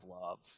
Love